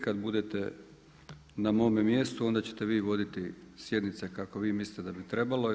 Kada budete na mome mjestu onda ćete vi voditi sjednice kako vi mislite da bi trebalo.